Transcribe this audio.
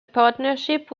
partnership